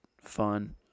fun